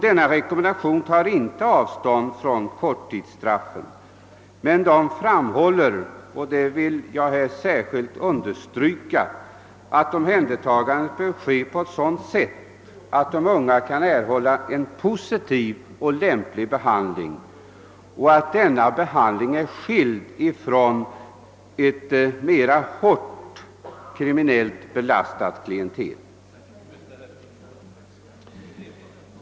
De rekommendationerna tar inte avstånd från korttidsstraffet, men framhåller — det vill jag särskilt understryka — att omhändertagandet bör ske på ett sådant sätt att de unga kan erhålla en positiv och lämplig behandling och att de vid denna behandling skall vara skilda från ett mera svårt kriminellt belastat klientel.